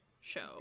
show